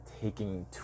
taking